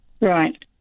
Right